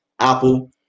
Apple